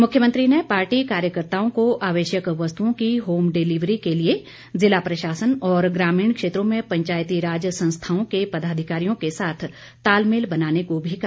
मुख्यमंत्री ने पार्टी कार्यकर्ताओं को आवश्यक वस्तुओं की होमडिलवरी के लिए जिला प्रशासन और ग्रामीण क्षेत्रों में पंचायतीराज संस्थाओं के पदाधिकारियों के साथ तालमेल बनाने को भी कहा